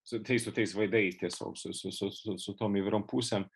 su tais su tais veidais tiesiog su su su su tom įvairiom pusėm